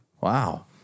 Wow